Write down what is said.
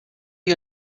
you